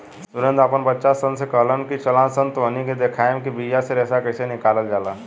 सुरेंद्र आपन बच्चा सन से कहलख की चलऽसन तोहनी के देखाएम कि बिया से रेशा कइसे निकलाल जाला